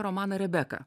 romaną rebeka